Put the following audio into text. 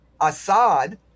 Assad